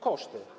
Koszty.